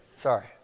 Sorry